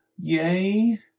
Yay